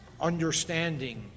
understanding